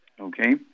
okay